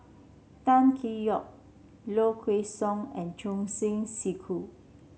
Tan Tee Yoke Low Kway Song and Choor Singh Sidhu